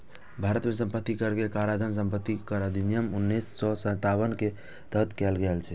भारत मे संपत्ति कर के काराधान संपत्ति कर अधिनियम उन्नैस सय सत्तावन के तहत कैल गेल छै